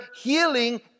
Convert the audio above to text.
healing